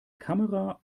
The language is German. kamera